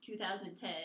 2010